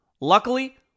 Luckily